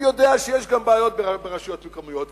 אני יודע שיש גם בעיות ברשויות מקומיות,